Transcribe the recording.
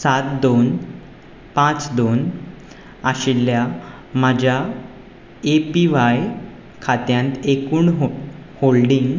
सात दोन पांच दोन आशिल्ल्या माज्या एपीव्हाय खात्यांत एकूण हो होल्डींग